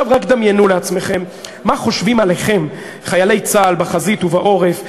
רק דמיינו לעצמכם מה חושבים עליכם חיילי צה"ל בחזית ובעורף,